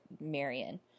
Marion